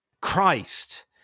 Christ